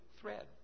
thread